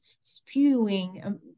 spewing